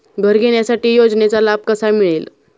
घर घेण्यासाठी योजनेचा लाभ कसा मिळेल?